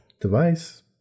device